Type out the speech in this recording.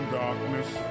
darkness